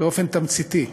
באופן תמציתי.